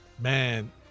man